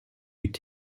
eût